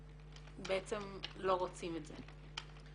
ובעצם לא רוצים את זה?